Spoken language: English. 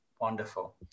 Wonderful